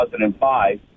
2005